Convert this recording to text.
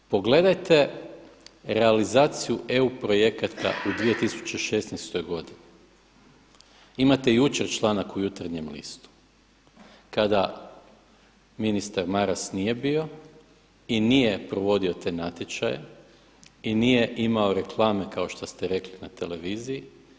Pogledajte realizaciju EU projekata u 2016. godini, imate jučer članak u Jutarnjem listu kada ministar Maras nije bio i nije provodio te natječaje i nije imao reklame kao što ste rekli na televiziji.